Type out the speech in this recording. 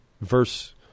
verse